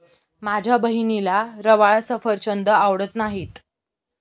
माझ्या बहिणीला रवाळ सफरचंद आवडत नाहीत